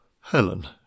Helen